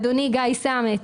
אדוני גיא סמט.